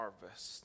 harvest